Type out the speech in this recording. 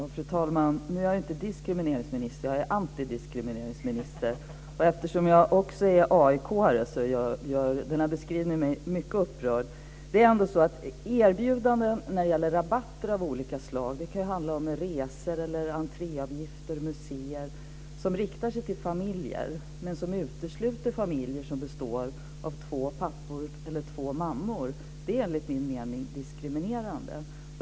Fru talman! Nu är jag inte diskrimineringsminister, jag är anti-diskrimineringsminister. Eftersom jag också är AIK:are gör denna beskrivning mig mycket upprörd. Erbjudanden om rabatter av olika slag - det kan handla om resor, entréavgifter till museer osv. - som riktar sig till familjer, men som utesluter familjer som består av två pappor eller två mammor, är enligt min mening diskriminerande.